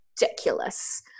ridiculous